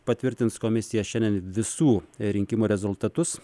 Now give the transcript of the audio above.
patvirtins komisija šiandien visų rinkimų rezultatus